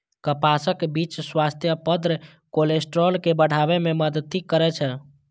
कपासक बीच स्वास्थ्यप्रद कोलेस्ट्रॉल के बढ़ाबै मे मदति करै छै